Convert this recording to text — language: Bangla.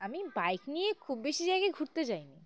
আমি বাইক নিয়ে খুব বেশি জায়গায় ঘুরতে যাইনি